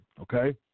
okay